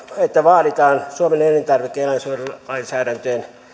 että vaaditaan suomen elintarvike ja eläinsuojelulainsäädäntöjen